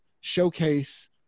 showcase